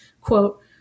quote